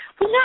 No